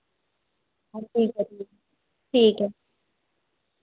ठीक ऐ